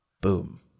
boom